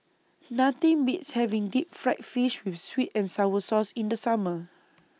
Nothing Beats having Deep Fried Fish with Sweet and Sour Sauce in The Summer